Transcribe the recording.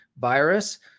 virus